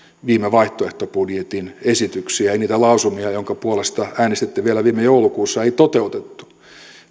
viime vaihtoehtobudjetin esityksiä ja ja niitä lausumia joiden puolesta äänestitte vielä viime joulukuussa ei toteutettu